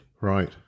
Right